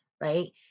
right